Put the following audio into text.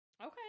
Okay